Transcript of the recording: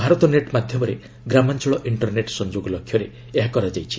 Bharat net ମାଧ୍ୟମରେ ଗ୍ରାମାଞ୍ଚଳ internet ସଂଯୋଗ ଲକ୍ଷ୍ୟରେ ଏହା କରାଯାଇଛି